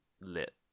lit